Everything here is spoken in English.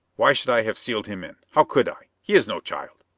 why should i have sealed him in? how could i? he is no child!